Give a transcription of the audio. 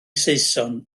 saeson